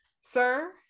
sir